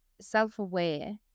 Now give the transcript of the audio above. self-aware